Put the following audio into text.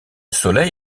soleil